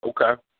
Okay